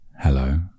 Hello